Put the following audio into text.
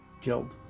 killed